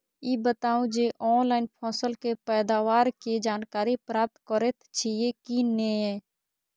ई बताउ जे ऑनलाइन फसल के पैदावार के जानकारी प्राप्त करेत छिए की नेय?